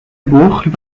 بخل